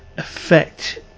affect